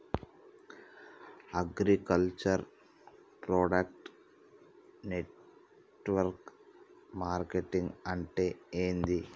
Agriculture product network marketing అంటే ఏంది?